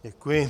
Děkuji.